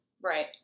Right